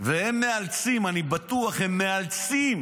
והם מאלצים, אני בטוח, הם מאלצים